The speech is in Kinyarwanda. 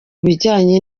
bijyanye